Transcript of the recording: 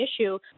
issue